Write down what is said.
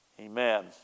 Amen